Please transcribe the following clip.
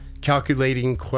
Calculating